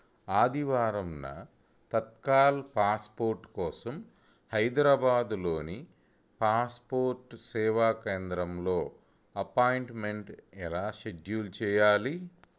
ఆదివారం నా తత్కాల్ పాస్పోర్ట్ కోసం హైదరాబాద్లోని పాస్పోర్ట్ సేవా కేంద్రంలో అపాయింట్మెంట్ ఎలా షెడ్యూల్ చేయాలి